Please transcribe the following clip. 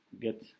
get